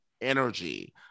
energy